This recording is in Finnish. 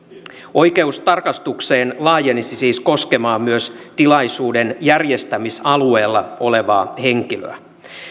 oikeus tarkastukseen laajenisi siis koskemaan myös tilaisuuden järjestämisalueella olevaa henkilöä